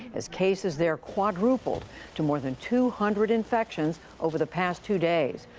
as cases there quadrupled to more than two hundred infections over the past two days.